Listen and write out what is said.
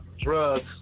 drugs